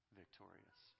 victorious